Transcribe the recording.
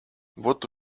вот